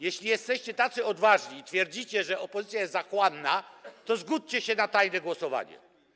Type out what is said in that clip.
Jeśli jesteście tacy odważni i twierdzicie, że opozycja jest zachłanna, to zgódźcie się na tajne głosowanie.